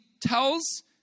tells